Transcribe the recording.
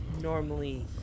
normally